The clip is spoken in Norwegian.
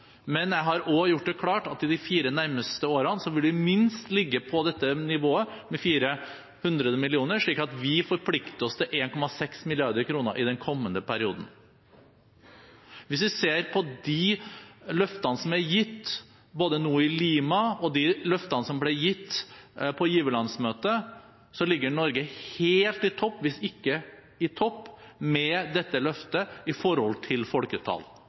men jeg har også gjort det klart at de fire nærmeste årene vil det minst ligge på dette nivået, 400 mill. kr, slik at vi forplikter oss til 1,6 mrd. kr i den kommende perioden. Hvis vi ser på de løftene som er gitt både nå i Lima, og de løftene som ble gitt på giverlandsmøtet, ligger Norge helt i toppen, hvis ikke på topp, med dette løftet – sett i forhold til folketall.